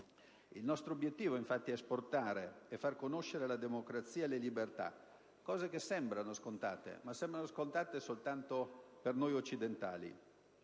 Il nostro obiettivo è infatti esportare e far conoscere la democrazia e le libertà, aspetti che sembrano scontati ma che lo sono solo per noi occidentali.